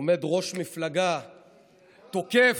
עומד ראש מפלגה, תוקף,